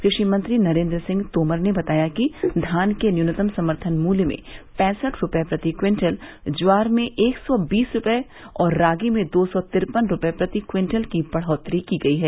कृषि मंत्री नरेंद्र सिंह तोमर ने बताया कि धान के न्यूनतम समर्थन मूल्य में पैंसठ रुपये प्रति क्विंटल ज्वार में एक सौ बीस रुपये और रागी में दो सौ तिरपन रुपये प्रति क्विंटल की बढ़ोतरी की गई है